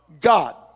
God